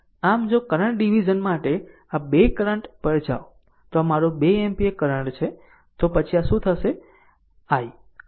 આમ જો current division માટે આ બે એમ્પીયર કરંટ પર જાઓ તો આ મારું 2 એમ્પીયર કરંટ છે તો પછી આ શું છે i